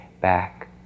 back